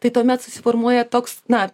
tai tuomet susiformuoja toks na